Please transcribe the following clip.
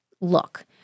look